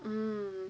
mm